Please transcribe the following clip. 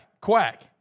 Quack